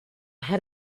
had